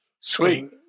Sweet